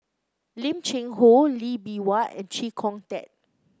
Lim Cheng Hoe Lee Bee Wah and Chee Kong Tet